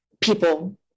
people